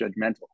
judgmental